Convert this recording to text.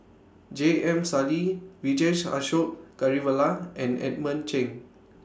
J M Sali Vijesh Ashok Ghariwala and Edmund Cheng